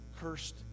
cursed